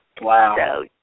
Wow